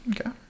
Okay